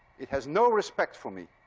it has no respect for me.